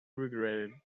regretted